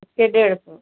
उसके डेढ़ सौ